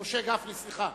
רשימת הדוברים נסגרה.